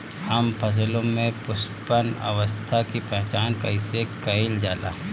हम फसलों में पुष्पन अवस्था की पहचान कईसे कईल जाला?